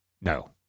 No